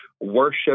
worship